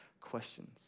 questions